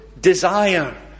desire